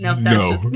No